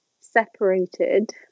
separated